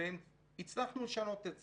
הצלחנו לשנות את זה.